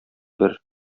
бер